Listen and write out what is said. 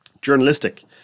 Journalistic